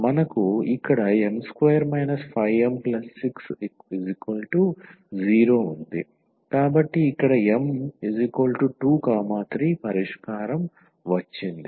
మనకు ఇక్కడ m2 5m60 ఉంది కాబట్టి ఇక్కడ m23 పరిష్కారం వచ్చింది